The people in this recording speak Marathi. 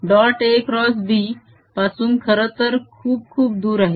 AxB पासून खरंतर खूप खूप दूर आहे